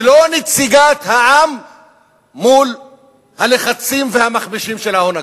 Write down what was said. ולא נציגת העם מול הלחצים והמכבשים של ההון הגדול.